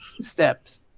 steps